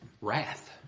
Wrath